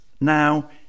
Now